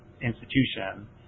institution